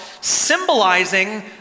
symbolizing